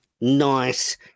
nice